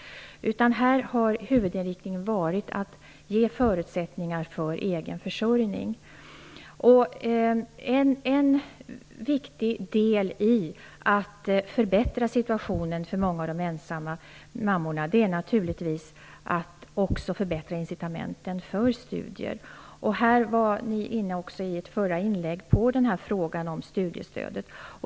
Här har huvudinriktningen varit att ge förutsättningar för egen försörjning. En viktig del i att förbättra situationen för många av de ensamma mammorna är naturligtvis att också förbättra incitamenten för studier. Ni var också i era tidigare inlägg inne på frågan om studiestödet.